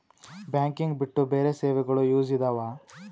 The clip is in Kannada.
ಬ್ಯಾಂಕಿಂಗ್ ಬಿಟ್ಟು ಬೇರೆ ಸೇವೆಗಳು ಯೂಸ್ ಇದಾವ?